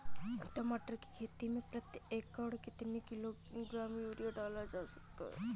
टमाटर की खेती में प्रति एकड़ कितनी किलो ग्राम यूरिया डाला जा सकता है?